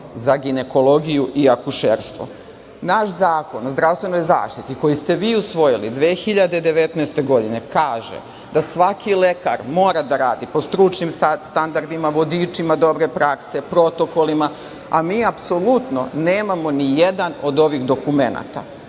za ginekologiju i akušerstvo. Naš Zakon o zdravstvenoj zaštiti, koji ste vi usvojili 2019. godine, kaže da svaki lekar mora da radi po stručnim standardima, vodičima dobre prakse, protokolima, a mi apsolutno nemamo nijedan od ovih dokumenata.